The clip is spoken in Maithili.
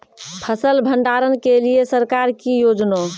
फसल भंडारण के लिए सरकार की योजना?